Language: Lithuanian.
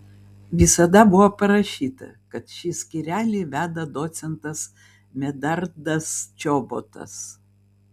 visada buvo parašyta kad šį skyrelį veda docentas medardas čobotas